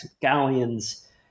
galleons